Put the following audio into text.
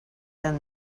than